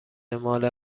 مال